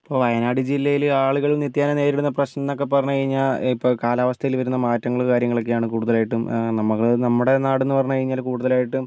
ഇപ്പോൾ വയനാട് ജില്ലയിലെ ആളുകൾ നിത്യേന നേരിടുന്ന പ്രശ്നം എന്നൊക്കെ പറഞ്ഞു കഴിഞ്ഞാൽ ഇപ്പം കാലാവസ്ഥയിൽ വരുന്ന മാറ്റങ്ങൾ കാര്യങ്ങളൊക്കെയാണ് കൂടുതലായിട്ടും നമുക്ക് നമ്മുടെ നാട് എന്ന് പറഞ്ഞു കഴിഞ്ഞാൽ കൂടുതലായിട്ടും